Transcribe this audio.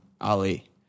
Ali